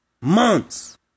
months